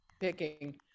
picking